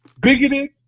bigoted